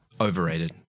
Overrated